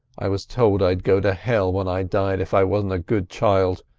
i was told i'd go to hell when i died if i wasn't a good child.